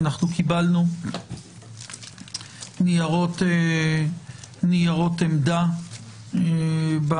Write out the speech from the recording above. אנחנו קיבלנו ניירות עמדה גם